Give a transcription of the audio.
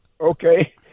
okay